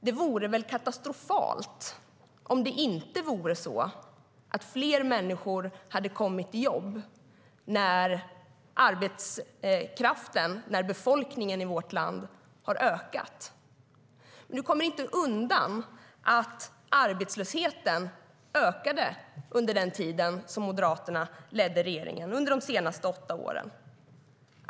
Det vore väl katastrofalt om inte fler människor hade kommit i jobb när arbetskraften, befolkningen, i vårt land har ökat. Du kommer inte undan att arbetslösheten ökade under den tid som Moderaterna ledde regeringen, under de senaste åtta åren.